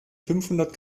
fünfhundert